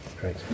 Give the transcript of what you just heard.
great